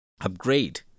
upgrade